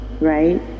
right